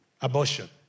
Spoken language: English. Abortion